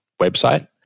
website